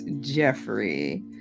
Jeffrey